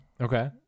Okay